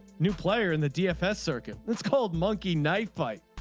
new player in the dfs circuit. it's called monkey knife fight.